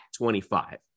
25